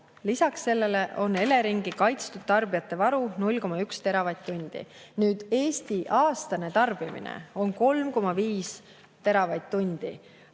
Lisaks sellele on Eleringi kaitstud tarbijate varu 0,1 teravatt-tundi. Eesti aastane tarbimine on 3,5 teravatt-tundi,